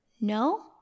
no